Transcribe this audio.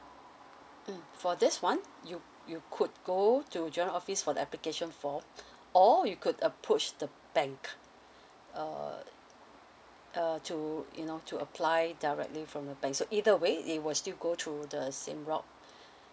mm for this one you you could go to general office for the application form or you could approach the bank err uh to you know to apply directly from your bank so either way it will still go through the same route